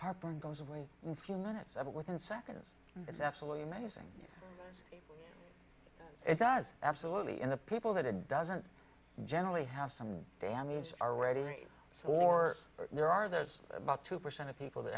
harper goes away and few minutes of it within seconds it's absolutely amazing it does absolutely in the people that it doesn't generally have some damage already so there are there's about two percent of people that